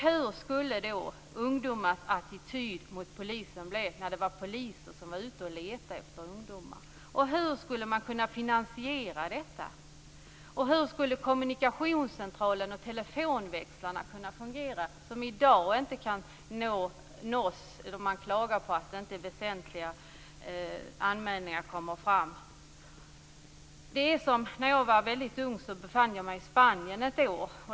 Hur skulle ungdomars attityd till polisen bli om det var polisen som letade efter ungdomar? Hur skulle man kunna finansiera detta? Hur skulle kommunikationscentraler och telefonväxlar kunna fungera när det i dag klagas på att väsentliga anmälningar inte kommer fram? När jag var väldigt ung befann jag mig i Spanien ett år.